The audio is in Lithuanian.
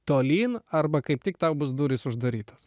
tolyn arba kaip tik tau bus durys uždarytos